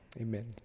amen